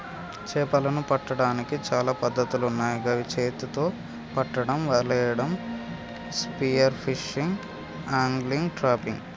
చేపలను పట్టడానికి చాలా పద్ధతులున్నాయ్ గవి చేతితొ పట్టడం, వలేయడం, స్పియర్ ఫిషింగ్, ఆంగ్లిగ్, ట్రాపింగ్